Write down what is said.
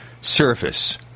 Surface